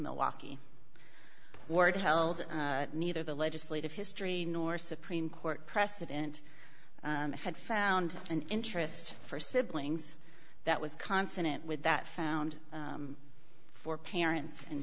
milwaukee word held neither the legislative history nor supreme court precedent had found an interest for siblings that was consonant with that found for parents and